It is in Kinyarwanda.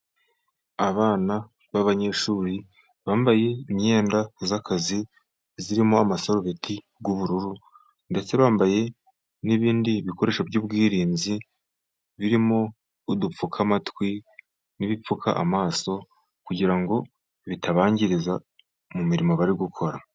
Abana b'abanyeshuri bambaye imyenda y'akazi irimo amasarubeti y'ubururu, ndetse bambaye n'ibindi bikoresho by'ubwirinzi birimo udupfukamatwi, n'ibipfuka amaso, kugira ngo bitabangiriza mu mirimo bari gukora.